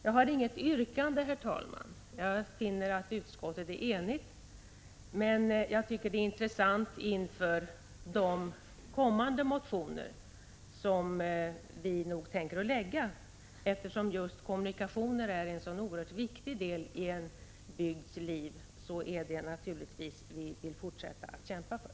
Jag har inget yrkande, herr talman, eftersom jag finner att utskottet är enigt. Men det vore intressant att få ett svar inför de 113 Prot. 1985/86:143 motioner vi tänker presentera framdeles. Eftersom kommunikationer är en 15 maj 1986 så oerhört viktig del i en bygds liv är det något vi vill fortsätta att kämpa för.